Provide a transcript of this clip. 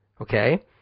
okay